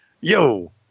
Yo